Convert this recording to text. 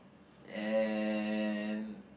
and